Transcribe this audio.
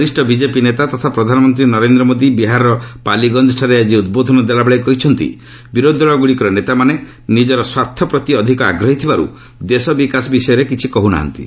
ବରିଷ୍ଣ ବିଜେପି ନେତା ତଥା ପ୍ରଧାନମନ୍ତ୍ରୀ ନରେନ୍ଦ୍ର ମୋଦି ବିହାରର ପାଲିଗଞ୍ଜଠାରେ ଆଜି ଉଦ୍ବୋଧନ ଦେଲାବେଳେ କହିଛନ୍ତି ବିରୋଧୀ ଦଳଗୁଡ଼ିକର ନେତାମାନେ ନିଜର ସ୍ୱାର୍ଥ ପ୍ରତି ଅଧିକ ଆଗ୍ରହୀ ଥିବାରୁ ଦେଶ ବିକାଶ ବିଷୟରେ କିଛି କହୁ ନାହାନ୍ତି